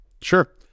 Sure